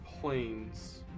planes